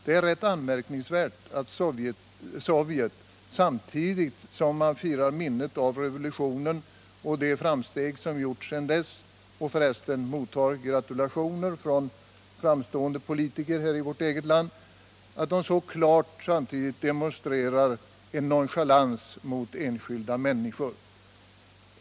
Det är rätt anmärkningsvärt att Sovjet samtidigt som man där firar minnet av revolutionen och de framsteg som gjorts sedan dess, och för resten mottar gratulationer från framstående politiker i vårt land, så klart demonstrerar nonchalans mot enskilda människor.